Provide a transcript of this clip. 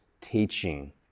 teaching